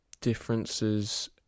differences